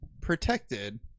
protected